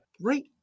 Right